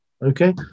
Okay